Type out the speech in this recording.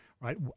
right